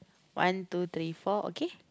one two three four okay